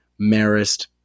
Marist